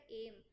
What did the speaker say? aim